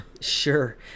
sure